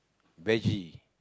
veggie